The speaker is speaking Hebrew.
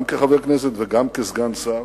גם כחבר כנסת וגם כסגן שר.